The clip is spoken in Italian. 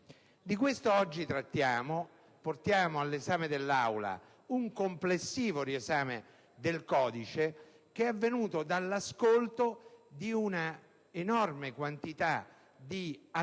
Di questo oggi trattiamo: portiamo all'esame dell'Aula un complessivo riesame del codice, che è derivato dall'ascolto di un enorme numero di attori